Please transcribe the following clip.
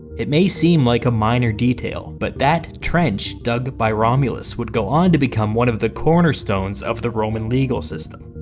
it may seem like a minor detail, but that trench dug by romulus would go on to become one of the cornerstones of the roman legal system.